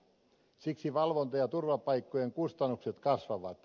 siksi valvonta ja turvapaikkojen kustannukset kasvavat